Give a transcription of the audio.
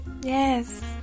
Yes